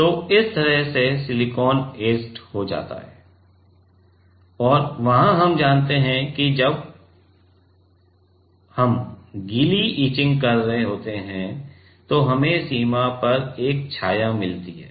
तो इस तरह से सिलिकॉन ऐचेड हो जाता है और वहाँ हम जानते हैं कि जब हम गीली इचिंग कर रहे होते हैं तो हमें सीमा पर एक छाया मिलती है